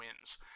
wins